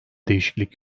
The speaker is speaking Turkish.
değişiklik